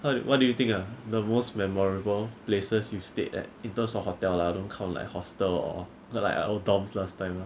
what what do you what do you think are the most memorable places you stay at in terms of hotel lah don't count like hostel or like our dorms last time